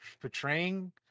portraying